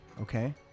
okay